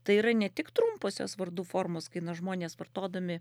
tai yra ne tik trumposios vardų formos kai na žmonės vartodami